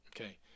Okay